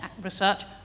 research